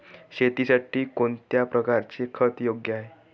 शेतीसाठी कोणत्या प्रकारचे खत योग्य आहे?